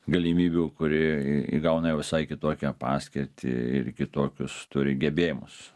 galimybių kuri įgauna jau visai kitokią paskirtį ir kitokius turi gebėjimus